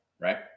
right